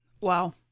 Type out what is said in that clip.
Wow